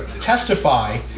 testify